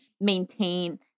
maintain